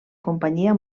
companyia